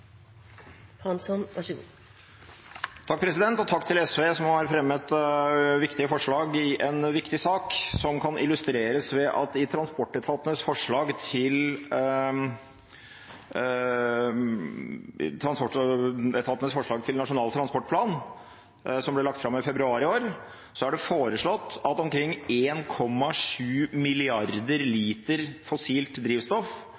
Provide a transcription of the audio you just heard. Takk til SV, som har fremmet viktige forslag i en viktig sak, som kan illustreres ved at i transportetatenes forslag til Nasjonal transportplan, som ble lagt fram i februar i år, er det foreslått at omkring 1,7 milliarder liter fossilt drivstoff